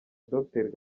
docteur